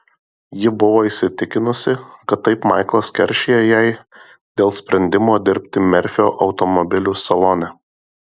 ji buvo įsitikinusi kad taip maiklas keršija jai dėl sprendimo dirbti merfio automobilių salone